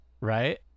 right